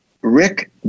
Rick